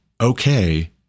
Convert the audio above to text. okay